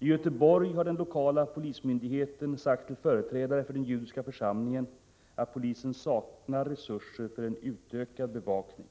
I Göteborg har den lokala polismyndigheten sagt till företrädare för den judiska församlingen att polisen saknar resurser för en utökad bevakning.